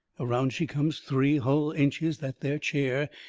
around she comes three hull inches, that there chair,